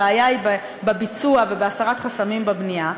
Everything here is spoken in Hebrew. הבעיה היא בביצוע ובהסרת חסמים בבנייה.